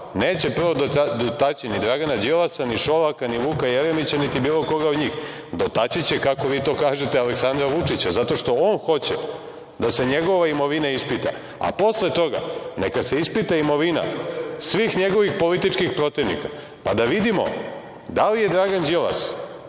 Neće prvo dotaći ni Dragana Đilasa, ni Šolaka, ni Vuka Jeremića, niti bilo koga od njih. Dotaći će, kako vi to kažete, Aleksandra Vučića zato što on hoće da se njegova imovina ispita, a posle toga neka se ispita imovina svih njegovih političkih protivnika, pa da vidimo da li je Dragan Đilas,